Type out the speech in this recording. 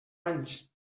anys